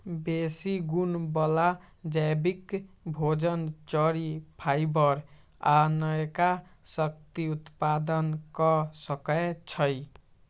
बेशी गुण बला जैबिक भोजन, चरि, फाइबर आ नयका शक्ति उत्पादन क सकै छइ